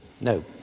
No